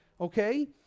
okay